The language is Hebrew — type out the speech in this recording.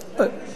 תחשוב על